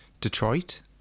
Detroit